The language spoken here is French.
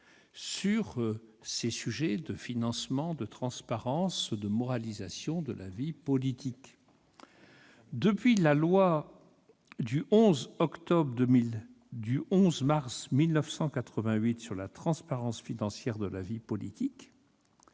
sur les sujets de financement, de transparence et de moralisation de la vie politique, depuis la loi du 11 mars 1988 relative à la transparence financière de la vie politique